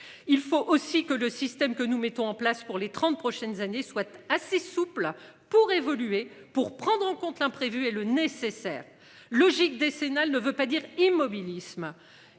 Il faut aussi que le système que nous mettons en place pour les 30 prochaines années, soit assez souple pour évoluer, pour prendre en compte l'imprévu et le nécessaire logique décennale ne veut pas dire immobilisme.